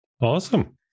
Awesome